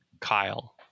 Kyle